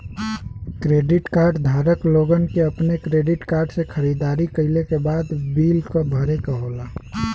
credit card धारक लोगन के अपने क्रेडिट कार्ड से खरीदारी कइले के बाद बिल क भरे क होला